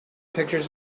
pictures